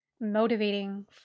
motivating